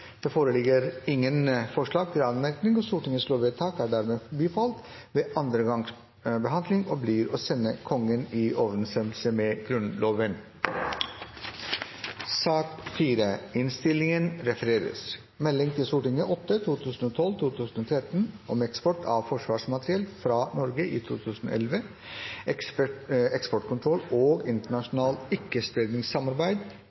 Det foreligger ingen forslag til anmerkning. Stortingets lovvedtak er dermed bifalt ved andre gangs behandling og blir å sende Kongen i overensstemmelse med Grunnloven.